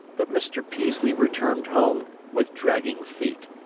but mr. peaslee returned home with dragging feet.